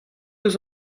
eus